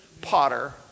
potter